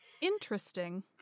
Interesting